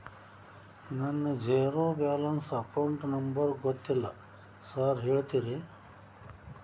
ನನ್ನ zero balance account number ಗೊತ್ತಿಲ್ಲ sir ಹೇಳ್ತೇರಿ?